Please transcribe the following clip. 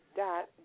dot